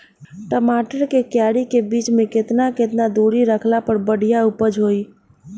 टमाटर के क्यारी के बीच मे केतना केतना दूरी रखला पर बढ़िया उपज होई?